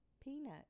peanut